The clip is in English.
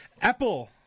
Apple